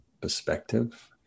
perspective